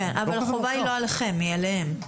כן, אבל החובה היא לא עליכם, היא עליהם.